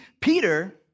Peter